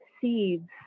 seeds